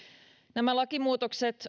nämä lakimuutokset